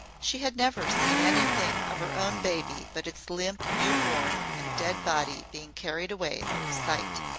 she had never seen anything of her own baby but its limp newborn and dead body being carried away out of sight.